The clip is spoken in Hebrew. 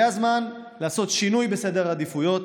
זה הזמן לעשות שינוי בסדר העדיפויות,